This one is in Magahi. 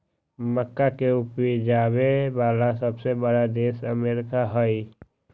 मक्का के उपजावे वाला सबसे बड़ा देश अमेरिका हई